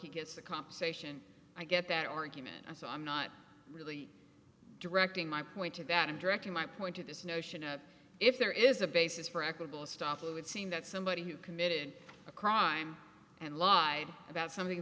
it's the compensation i get that argument so i'm not really directing my point to that and directing my point to this notion if there is a basis for equitable stuff it would seem that somebody who committed a crime and lived about something